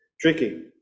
tricky